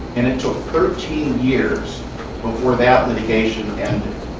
and it took thirteen years before that litigation ended.